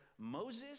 Moses